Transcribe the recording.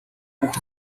бүх